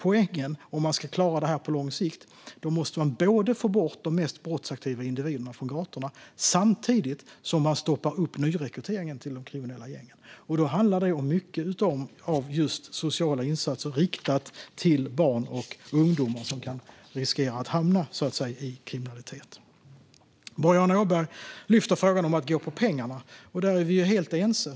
Om man ska klara detta på lång sikt måste man få bort de mest brottsaktiva individerna från gatorna samtidigt som man stoppar nyrekryteringen till de kriminella gängen. Då handlar det mycket om just sociala insatser riktade till barn och ungdomar som kan riskera att hamna i kriminalitet. Boriana Åberg lyfter fram frågan om att gå på pengarna. Där vi helt ense.